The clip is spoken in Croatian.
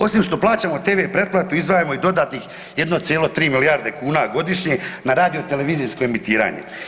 Osim što plaćamo tv pretplatu izdvajamo i dodatnih 1,3 milijarde kuna godišnje na radio televizijsko emitiranje.